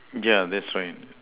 yeah that's right